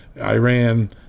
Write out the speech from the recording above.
Iran